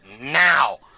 now